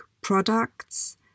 products